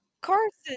Carson